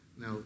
Now